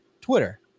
Twitter